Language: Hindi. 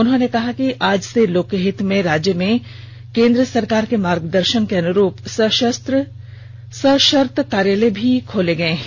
उन्होंने कहा है कि आज से लोकहित में राज्य में भारत सरकार के मार्गदर्षन के अनुरूप सषर्त कार्यालय भी खोले गये हैं